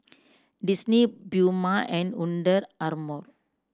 Disney Puma and Under Armour